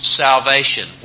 salvation